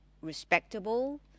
respectable